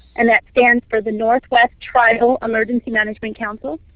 and that stands for the northwest tribal emergency management council.